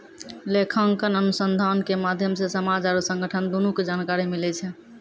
लेखांकन अनुसन्धान के माध्यम से समाज आरु संगठन दुनू के जानकारी मिलै छै